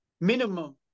Minimum